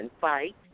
fight